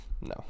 No